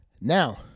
Now